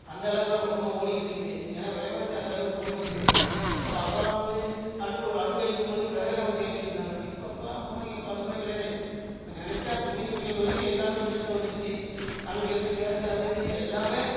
அந்தளவுக்கு அந்த குடும்பம் ஓடிக்கிட்டுருக்குது ஏன்னா விலைவாசி அந்தளவுக்கு போயிட்டுருக்கு எப்பா அப்போலாம் வந்து அடுப்பு அடுப்பு எரிக்கும்போது விறக தான் வச்சு எரிச்சிவிட்டு இருந்தாங்க இப்போப்பலாம் பொம்பளைங்க இப்போ அது மாதிரி கிடையாது இப்போ நினச்சா துணி துவைக்கிறது வரைக்கும் எல்லாமே மிஷினில் வந்துருச்சு சமைக்கிறது கேஸ்ஸு அது இது எல்லாமே